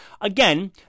Again